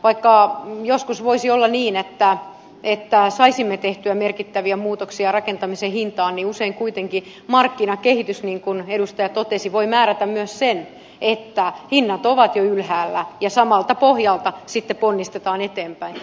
vaikka joskus voisi olla niin että saisimme tehtyä merkittäviä muutoksia rakentamisen hintaan niin usein kuitenkin markkinakehitys niin kuin edustaja totesi voi määrätä myös sen että hinnat ovat jo ylhäällä ja samalta pohjalta sitten ponnistetaan eteenpäin